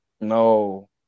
No